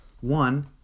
one